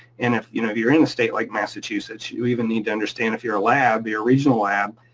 and if you know you're in a state, like massachusetts, you even need to understand, if you're a lab, you're a regional lab,